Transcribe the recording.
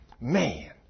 man